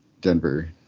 Denver